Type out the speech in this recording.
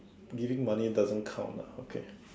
giving money doesn't count lah okay